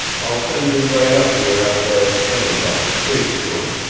i'll send him right up here after i explain about this case to him.